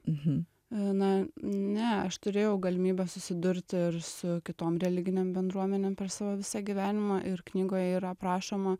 mhm na ne aš turėjau galimybę susidurti ir su kitom religinėm bendruomenėm per savo visą gyvenimą ir knygoje yra aprašoma